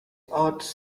odds